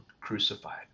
crucified